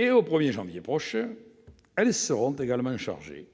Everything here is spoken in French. Au 1 janvier prochain, elles seront également chargées